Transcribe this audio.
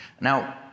Now